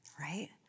right